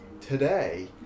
today